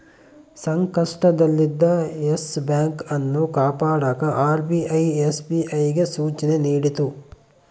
ಸಂಕಷ್ಟದಲ್ಲಿದ್ದ Yes Bank ಅನ್ನು ಕಾಪಾಡಕ ಆರ್.ಬಿ.ಐ ಎಸ್.ಬಿ.ಐಗೆ ಸೂಚನೆ ನೀಡಿತು